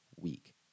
week